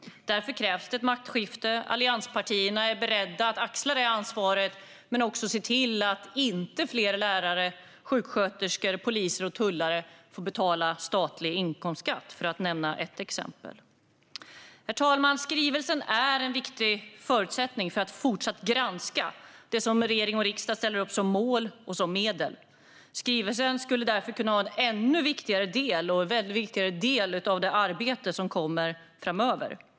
Därför krävs det ett maktskifte. Allianspartierna är beredda att axla det ansvaret men också, för att nämna ett exempel, se till att inte fler lärare, sjuksköterskor, poliser och tullare får betala statlig inkomstskatt. Herr talman! Skrivelsen är en viktig förutsättning för att fortsatt granska det som regering och riksdag ställer upp som mål och som medel. Skrivelsen skulle därför kunna vara en ännu viktigare del av det arbete som kommer framöver.